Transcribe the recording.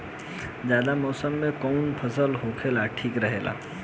जायद मौसम में कउन फसल बोअल ठीक रहेला?